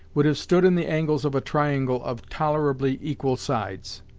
would have stood in the angles of a triangle of tolerably equal sides.